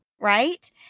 Right